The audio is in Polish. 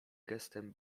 gestem